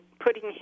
putting